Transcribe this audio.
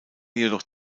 jedoch